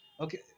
Okay